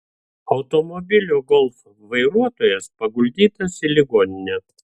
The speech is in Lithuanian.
automobilio golf vairuotojas paguldytas į ligoninę